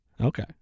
Okay